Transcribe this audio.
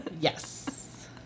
Yes